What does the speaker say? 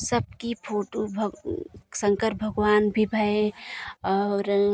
सबकी फोटो भग शंकर भगवान भी भैं और